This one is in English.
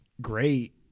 great